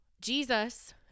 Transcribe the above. Jesus